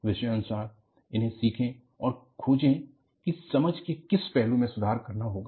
विषयानुसार उन्हें सीखे और खोजे की समझ के किस पहलू में सुधार करना होगा